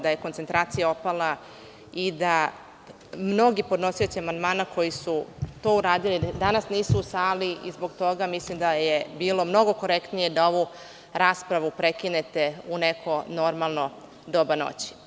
Da je koncentracija opala i da mnogi podnosioci amandmana koji su to uradili danas nisu u sali i zbog toga mislim da je bilo mnogo korektniji da ovu raspravu prekinete u neko normalno doba noći.